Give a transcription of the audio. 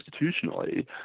institutionally